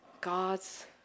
God's